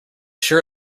sure